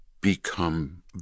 become